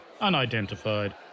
unidentified